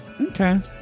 Okay